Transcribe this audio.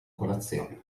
colazione